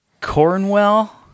Cornwell